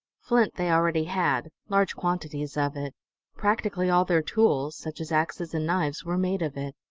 flint they already had, large quantities of it practically all their tools, such as axes and knives, were made of it.